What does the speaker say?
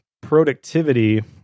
productivity